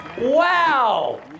Wow